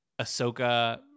Ahsoka